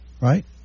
right